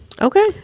Okay